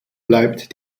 bleibt